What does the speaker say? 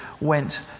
went